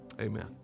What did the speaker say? amen